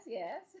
yes